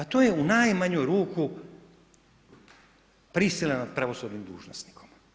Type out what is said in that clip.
Pa to je u najmanju ruku prisila nad pravosudnim dužnosnikom.